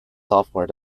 software